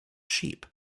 sheep